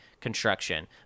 construction